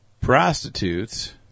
Prostitutes